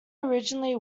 originally